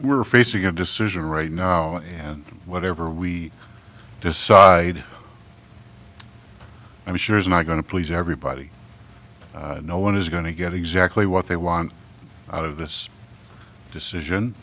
we're facing a decision right now and whatever we decide i'm sure is not going to please everybody no one is going to get exactly what they want out of this